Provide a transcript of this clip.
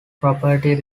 property